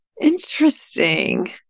Interesting